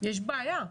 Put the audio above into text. יש בעיה.